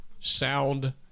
sound